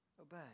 obey